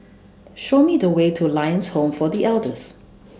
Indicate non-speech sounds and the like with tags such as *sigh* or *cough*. Show Me The Way to Lions Home For *noise* The Elders